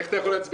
נוכל להתכנס